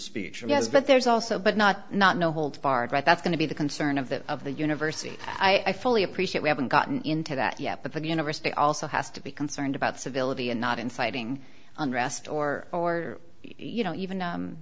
guess but there's also but not not no holds barred right that's going to be the concern of that of the university i fully appreciate we haven't gotten into that yet but the university also has to be concerned about civility and not inciting unrest or our you know even